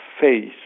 face